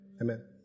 Amen